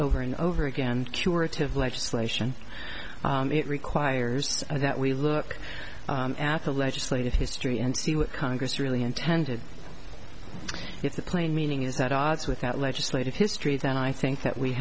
over and over again curative legislation it requires that we look at the legislative history and see what congress really intended if the plain meaning is that odds with that legislative history then i think that we